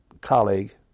colleague